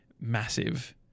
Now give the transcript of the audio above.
massive